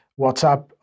WhatsApp